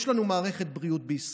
יש לנו מערכת בריאות בישראל.